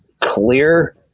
clear